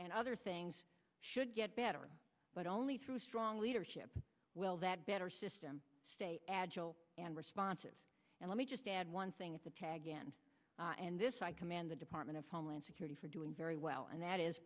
and other things should get better but only through strong leadership will that better system stay agile and responsive and let me just add one thing at the tag end and this i commend the department of homeland security for doing very well and that is